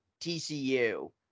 TCU